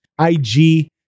IG